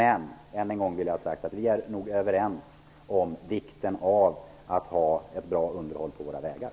Men än en gång vill jag säga att vi nog är överens om vikten av ett bra underhåll av våra vägar.